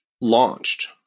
launched